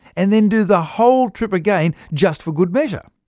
and then do the whole trip again, just for good measure.